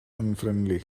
unfriendly